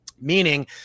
meaning